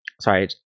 Sorry